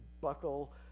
buckle